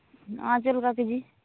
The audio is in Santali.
ᱚᱱᱟ ᱪᱮᱫᱞᱮᱠᱟ ᱠᱮᱡᱤ